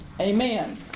Amen